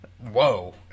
Whoa